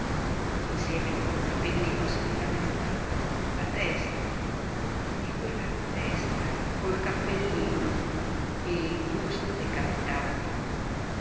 insieme col cappellino se n'era venuta la testa e quella testa col cappellino e il busto decapitato